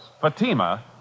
Fatima